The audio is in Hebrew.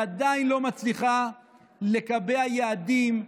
היא עדיין לא מצליחה לקבע יעדים,